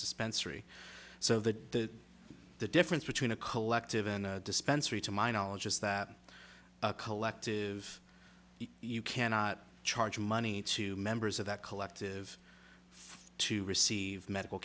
dispensary so that the difference between a collective and a dispensary to my knowledge is that collective you cannot charge money to members of that collective to receive medical